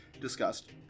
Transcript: discussed